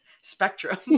spectrum